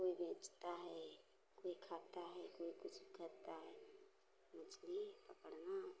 कोई बेचता है कोई खाता है कोई कुछ करता है मछली पकड़ना